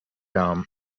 dame